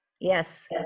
Yes